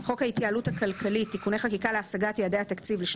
על איכות המזון ולתזונה נכונה בצהרונים תיקון